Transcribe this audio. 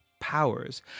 powers